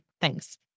thanks